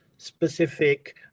specific